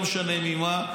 לא משנה על מה,